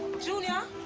junior?